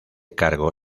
cargo